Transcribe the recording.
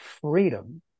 freedom